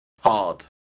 hard